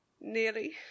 Nearly